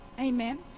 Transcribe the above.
Amen